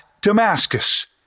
Damascus